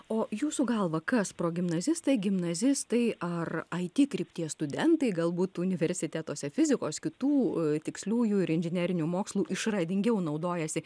o jūsų galva kas progimnazistai gimnazistai ar it krypties studentai galbūt universitetuose fizikos kitų tiksliųjų ir inžinerinių mokslų išradingiau naudojasi